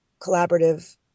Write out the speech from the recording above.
collaborative